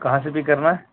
کہاں سے پک کرنا ہے